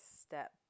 step